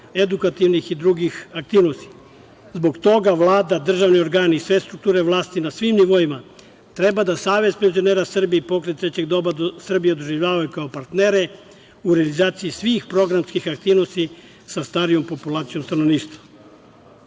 edukativnih i drugih aktivnosti. Zbog toga Vlada, državni organi, sve strukture vlasti na svim nivoima treba da Savez penzionera Srbije i „Pokret treće doba Srbije“, doživljavaju kao partnere u realizaciji svih programskih aktivnosti sa starijom populacijom stanovništva. Vlada